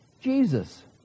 Jesus